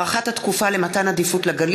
את ישיבת הכנסת.